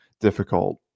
difficult